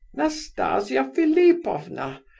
nastasia philipovna!